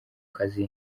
kazi